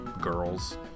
girls